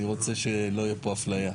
אני רוצה שלא תהיה פה אפליה.